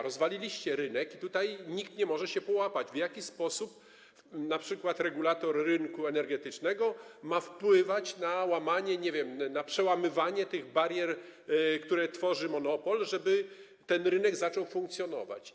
Rozwaliliście rynek i nikt nie może się połapać, w jaki sposób np. regulator rynku energetycznego ma wpływać na przełamywanie tych barier, które tworzy monopol, żeby ten rynek zaczął funkcjonować.